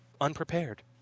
unprepared